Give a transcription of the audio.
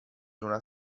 una